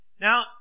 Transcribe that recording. Now